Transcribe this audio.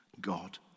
God